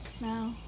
No